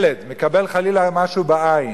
ילד מקבל חלילה משהו בעין.